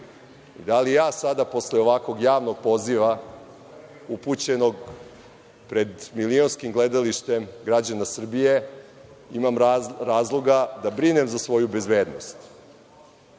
Da li ja sada posle ovakvog javnog poziva upućenog pred milionskim gledalištem građana Srbije imam razloga da brinem za svoju bezbednost?